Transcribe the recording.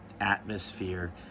atmosphere